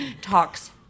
talks